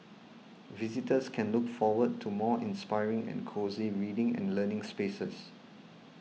visitors can look forward to more inspiring and cosy reading and learning spaces